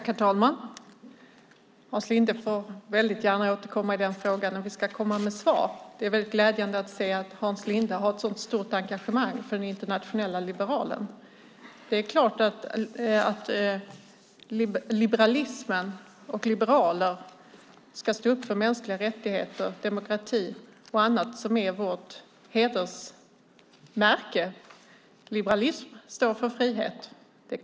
Herr talman! Hans Linde får väldigt gärna återkomma i frågan, och vi ska komma med svar. Det är mycket glädjande att se att Hans Linde har ett så stort engagemang för Liberala internationalen. Det är klart att liberalismen och liberaler ska stå upp för mänskliga rättigheter, demokrati och annat som är vårt hedersmärke. Liberalism står för frihet.